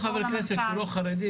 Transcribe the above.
גם חבר כנסת שהוא לא חרדי,